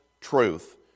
truth